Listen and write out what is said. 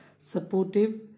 supportive